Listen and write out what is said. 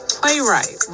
playwright